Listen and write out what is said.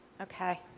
Okay